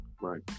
right